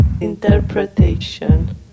Interpretation